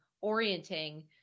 orienting